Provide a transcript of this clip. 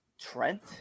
Trent